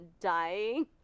dying